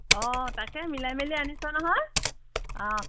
অ' তাকে মিলাই মেলি আনিছ নহয় অ'